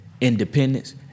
independence